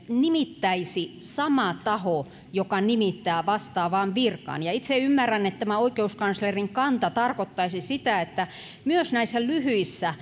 nimittäisi sama taho joka nimittää vastaavaan virkaan ja itse ymmärrän että tämä oikeuskanslerin kanta tarkoittaisi sitä että myös näissä lyhyissä